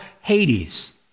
Hades